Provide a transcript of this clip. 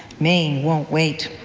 maine won't wait.